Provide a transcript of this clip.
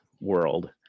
world